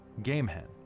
Gamehen